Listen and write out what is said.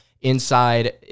inside